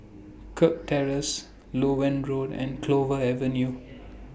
Kirk Terrace Loewen Road and Clover Avenue